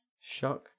Shock